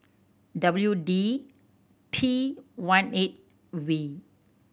W D T one eight V